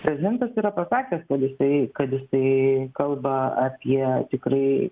prezidentas yra pasakęs kad jisai kad jisai kalba apie tikrai